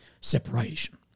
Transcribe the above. separation